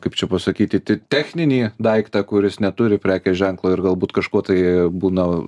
kaip čia pasakyti techninį daiktą kuris neturi prekės ženklo ir galbūt kažkuo tai būna